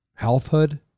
Healthhood